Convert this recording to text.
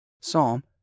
Psalm